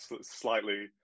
slightly